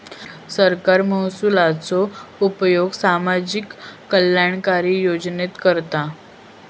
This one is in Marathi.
सरकार महसुलाचो उपयोग सामाजिक कल्याणकारी योजनेत करता